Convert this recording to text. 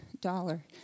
dollar